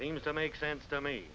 seems to make sense to